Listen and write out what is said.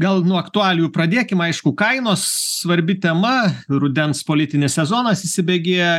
gal nuo aktualijų pradėkim aišku kainos svarbi tema rudens politinis sezonas įsibėgėja